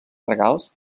regals